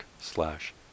slash